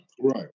Right